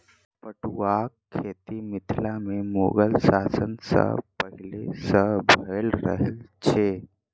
पटुआक खेती मिथिला मे मुगल शासन सॅ पहिले सॅ भ रहल छै